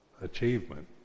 Achievement